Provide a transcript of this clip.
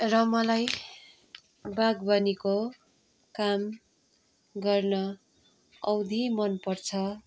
र मलाई बागवानीको काम गर्न औधी मनपर्छ